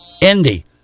Indy